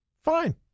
Fine